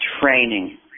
training